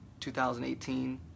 2018